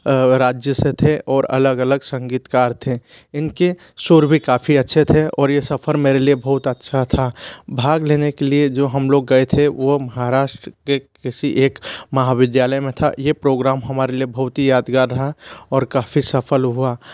राज्य से थे और अलग अलग संगीतकार थे इनके सुर भी काफ़ी अच्छे थे और यह सफ़र मेरे लिए बहुत ही अच्छा था भाग लेने के लिए जो हम लोग गए थे वह महाराष्ट्र के किसी एक महाविद्यालय में था यह प्रोग्राम हमारे लिए बहुत ही यादगार रहा और काफ़ी सफल हुआ हम